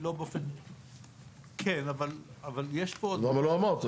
לא באופן, כן, אבל, אבל יש פה --- למה לא אמרת?